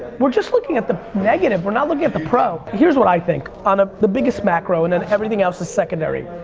we're just looking at the negative, we're not looking at the pro. here's what i think, on ah the biggest macro and then and everything else is secondary.